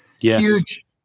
huge